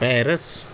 Paris